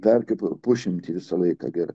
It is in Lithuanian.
dar kitur pusšimtį visą laiką geri